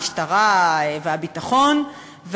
המשטרה והביטחון,